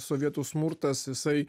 sovietų smurtas jisai